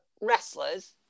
wrestlers